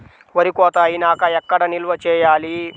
వరి కోత అయినాక ఎక్కడ నిల్వ చేయాలి?